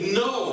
no